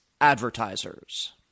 advertisers